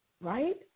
right